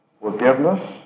forgiveness